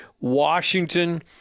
Washington